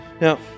Now